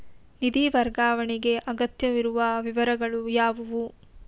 ನಿಧಿ ವರ್ಗಾವಣೆಗೆ ಅಗತ್ಯವಿರುವ ವಿವರಗಳು ಯಾವುವು?